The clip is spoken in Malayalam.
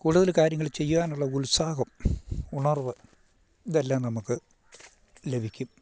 കൂടുതല് കാര്യങ്ങള് ചെയ്യാനുള്ള ഉത്സാഹം ഉണർവ് ഇതെല്ലാം നമുക്ക് ലഭിക്കും